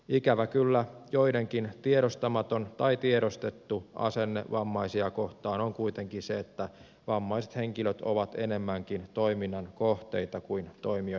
ikävä kyllä joidenkin tiedostamaton tai tiedostettu asenne vammaisia kohtaan on kuitenkin se että vammaiset henkilöt ovat enemmänkin toiminnan kohteita kuin toimijoita itse